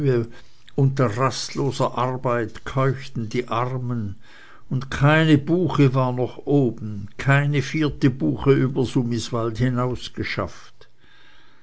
unter rastloser arbeit keuchten die armen und keine buche war noch oben keine vierte buche über